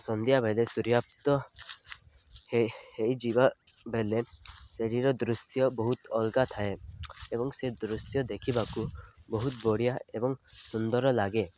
ସନ୍ଧ୍ୟାବେଲେ ସୂର୍ଯ୍ୟାପ୍ତ ହେ ହେଇଯିବା ବେଲେ ସେଠିର ଦୃଶ୍ୟ ବହୁତ ଅଲଗା ଥାଏ ଏବଂ ସେ ଦୃଶ୍ୟ ଦେଖିବାକୁ ବହୁତ ବଢ଼ିଆ ଏବଂ ସୁନ୍ଦର ଲାଗେ